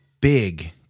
big